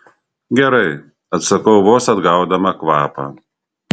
gerai atsakau vos atgaudama kvapą